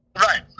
Right